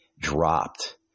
dropped